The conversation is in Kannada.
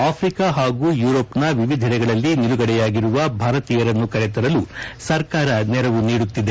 ಅಫ್ರಿಕಾ ಪಾಗೂ ಯೂರೋಪ್ನ ವಿವಿಧಡೆಗಳಲ್ಲಿ ನಿಲುಗಡೆಯಾಗಿರುವ ಭಾರತೀಯರನ್ನು ಕರೆತರಲು ಸರ್ಕಾರ ನೆರವು ನೀಡುತ್ತಿದೆ